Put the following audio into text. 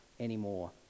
anymore